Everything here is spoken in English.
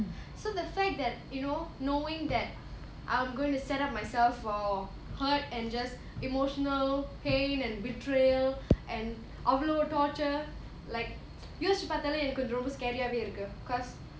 so the fact that you know knowing that I'm going to set up myself for hurt and just emotional pain and betrayal and அவ்ளோ:avlo torture like யோசிச்சு பாத்தாலே எனக்கு ரொம்ப:yosichu paathale enakku romba scary ஆவே இருக்கு:aave irukku cause